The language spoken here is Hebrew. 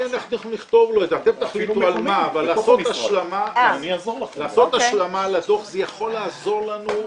אני -- -אתם תחליטו על מה אבל לעשות השלמה לדוח זה יכול לעזור לנו.